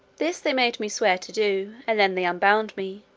this they made me swear to do, and then they unbound me,